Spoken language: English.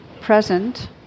present